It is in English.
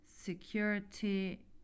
security